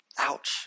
Ouch